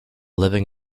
living